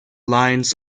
lines